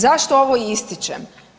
Zašto ovo ističem?